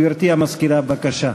גברתי המזכירה, בבקשה.